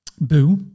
boo